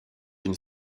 une